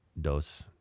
dos